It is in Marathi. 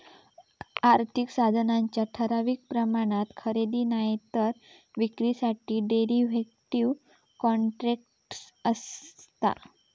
आर्थिक साधनांच्या ठराविक प्रमाणात खरेदी नायतर विक्रीसाठी डेरीव्हेटिव कॉन्ट्रॅक्टस् आसत